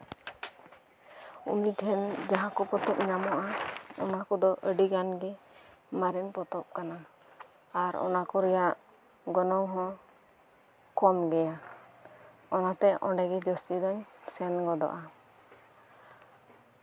ᱩᱱᱤ ᱴᱷᱮᱱ ᱡᱟᱦᱟᱸ ᱠᱚ ᱯᱚᱛᱚᱵ ᱧᱟᱢᱚᱜᱼᱟ ᱚᱱᱟ ᱠᱚᱫᱚ ᱟᱹᱰᱤ ᱜᱟᱱ ᱜᱮ ᱢᱟᱨᱮᱱ ᱯᱚᱛᱚᱵ ᱠᱟᱱᱟ ᱟᱨ ᱚᱱᱟ ᱠᱚ ᱨᱮᱭᱟᱜ ᱜᱚᱱᱚᱝ ᱦᱚᱸ ᱠᱚᱢ ᱜᱮᱭᱟ ᱚᱱᱟᱛᱮ ᱚᱸᱰᱮ ᱫᱚ ᱡᱟᱹᱥᱛᱤ ᱜᱤᱧ ᱥᱮᱱ ᱜᱚᱫᱚᱜᱼᱟ